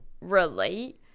relate